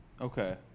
Okay